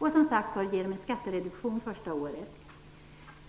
bör man som sagt var ge en skattereduktion det första året.